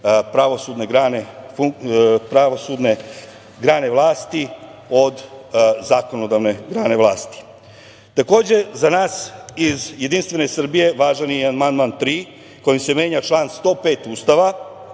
pravosudne grane vlasti od zakonodavne grane vlasti. Takođe za nas iz Jedinstvene Srbije važan je i amandman 3. kojim se menja član 105. Ustava,